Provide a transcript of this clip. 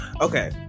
Okay